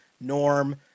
Norm